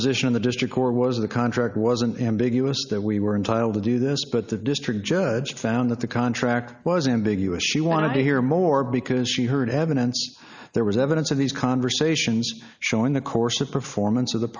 position in the district court was the contract wasn't ambiguous that we were entitled to do this but the district judge found that the contract was ambiguous she wanted to hear more because she heard evidence there was evidence of these conversations showing the course of performance of the